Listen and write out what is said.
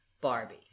Barbie